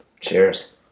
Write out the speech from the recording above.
cheers